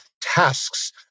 tasks